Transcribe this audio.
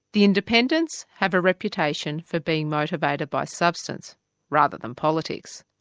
the independents have a reputation for being motivated by substance rather than politics.